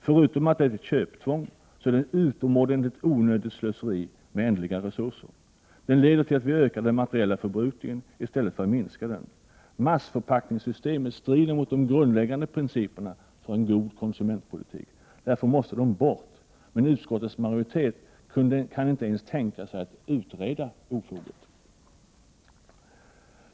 Förutom att det är ett köptvång är det ett utomordentligt onödigt slöseri med ändliga resurser. Det leder till att vi ökar den materiella förbrukningen i stället för att minska den. Massförpackningssystmet strider mot de grundläggande principerna för en god konsumentpolitik. Därför måste de bort. Men utskottets majoritet kan inte ens tänka sig att utreda ofoget.